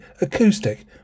acoustic